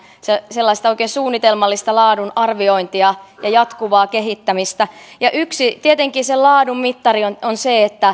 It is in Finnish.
sellaista oikein suunnitelmallista laadun arviointia ja jatkuvaa kehittämistä tietenkin yksi sen laadun mittari on on se